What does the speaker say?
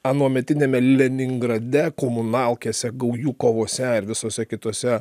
anuometiniame leningrade komunalkėse gaujų kovose ir visuose kituose